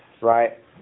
right